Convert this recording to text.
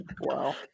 wow